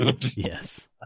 Yes